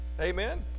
amen